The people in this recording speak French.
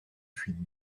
fuites